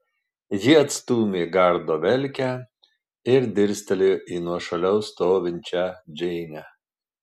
ji atstūmė gardo velkę ir dirstelėjo į nuošaliau stovinčią džeinę